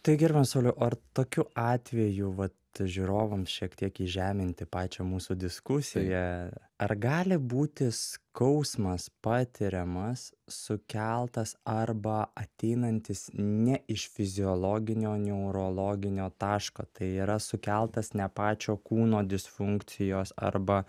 tai gerbiamas sauliau ar tokiu atveju vat žiūrovams šiek tiek įžeminti pačią mūsų diskusiją ar gali būti skausmas patiriamas sukeltas arba ateinantis ne iš fiziologinio neurologinio taško tai yra sukeltas ne pačio kūno disfunkcijos arba